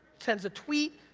sends a tweet,